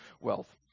wealth